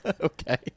Okay